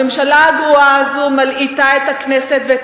הממשלה הגרועה הזו מלעיטה את הכנסת ואת